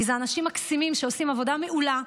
כי אלה אנשים מקסימים שעושים עבודה מעולה,